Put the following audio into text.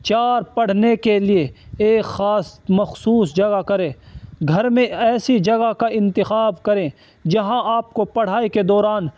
چار پڑھنے کے لیے ایک خاص مخصوص جگہ کریں گھر میں ایسی جگہ کا انتخاب کریں جہاں آپ کو پڑھائی کے دوران